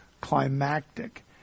climactic